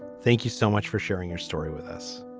thank you so much for sharing your story with us.